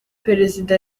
perezida